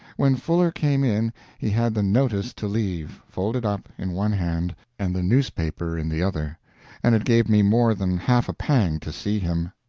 when fuller came in he had the notice to leave folded up in one hand, and the newspaper in the other and it gave me more than half a pang to see him.